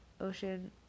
ocean